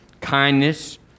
kindness